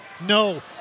no